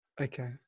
Okay